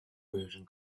version